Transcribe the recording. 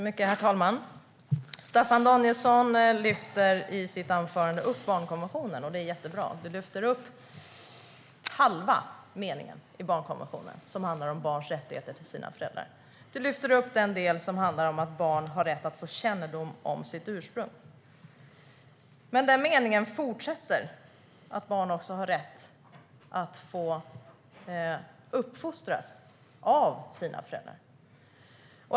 Herr talman! Staffan Danielsson lyfter i sitt anförande upp barnkonventionen. Det är jättebra. Han lyfter upp halva meningen i barnkonventionen, som handlar om barns rättigheter till sina föräldrar. Han lyfter upp den del som handlar om att barn har rätt att få kännedom om sitt ursprung. Men den meningen fortsätter med att barn också har rätt att uppfostras av sina föräldrar.